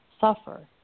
suffer